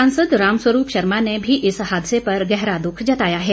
सांसद रामस्वरूप शर्मा ने भी इस हादसे पर गहरा दुख जताया है